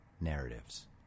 narratives